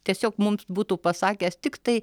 tiesiog mums būtų pasakęs tiktai